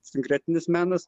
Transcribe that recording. sinkretinis menas